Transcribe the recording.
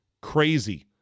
crazy